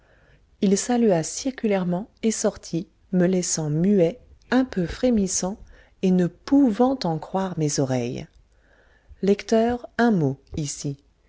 il salua circulairement et sortit me laissant muet un peu frémissant et ne pouvant en croire mes oreilles lecteur un mot ici